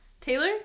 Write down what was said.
taylor